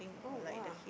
oh !wah!